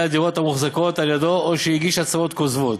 הדירות המוחזקות על-ידיו או הגיש הצהרות כוזבות,